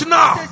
now